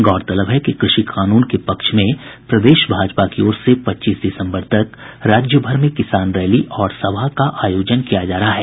गौरतलब है कि कृषि कानून के पक्ष में प्रदेश भाजपा की ओर से पच्चीस दिसंबर तक राज्यभर में किसान रैली और सभा का आयोजन किया जा रहा है